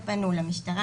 הם פנו למשטרה,